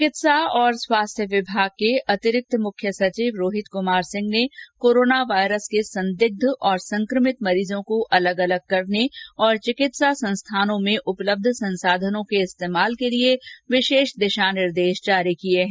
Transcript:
चिकित्सा और स्वास्थ्य विभाग के अतिरिक्त मुख्य सचिव रोहित कुमार सिंह ने कोरोना वायरस के संदिग्ध और संक्रमित मरीजों को अलग अलग करने और चिकित्सा संस्थानों में उपलब्ध संसाधनों के इस्तेमाल के लिए विशेष दिशा निर्देश जारी किए हैं